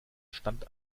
stand